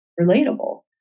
relatable